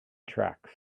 tracks